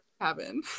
cabin